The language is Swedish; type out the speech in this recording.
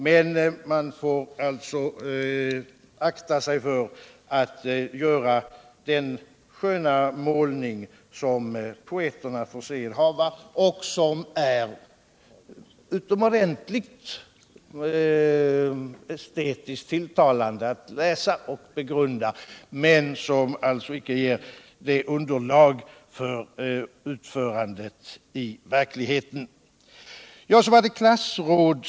Men man får akta sig för att göra don sköna målning som poeterna för sed hava, som är estetiskt utomordentligt tilltalande att läsa och begrunda men som alltså icke ger underlag för ett utförande i verkligheten. Så var det klassräd.